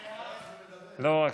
אדוני היושב-ראש,